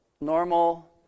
normal